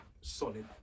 solid